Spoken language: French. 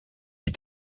est